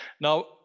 Now